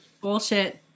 Bullshit